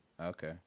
okay